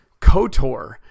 KOTOR